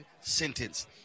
sentence